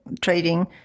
trading